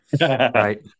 Right